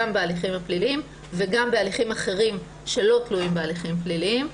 בהליכים הפליליים וגם בהליכים אחרים שלא תלויים בהליכים הפליליים.